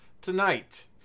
tonight